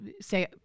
say